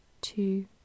two